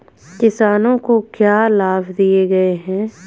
किसानों को क्या लाभ दिए गए हैं?